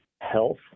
health